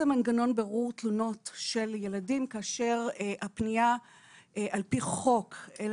זה מנגנון ברור תלונות של ילדים כאשר הפנייה על-פי חוק אל